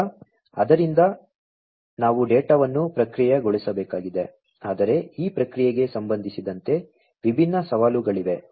ಈಗ ಆದ್ದರಿಂದ ನಾವು ಡೇಟಾವನ್ನು ಪ್ರಕ್ರಿಯೆಗೊಳಿಸಬೇಕಾಗಿದೆ ಆದರೆ ಈ ಪ್ರಕ್ರಿಯೆಗೆ ಸಂಬಂಧಿಸಿದಂತೆ ವಿಭಿನ್ನ ಸವಾಲುಗಳಿವೆ